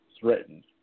threatened